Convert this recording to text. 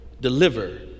deliver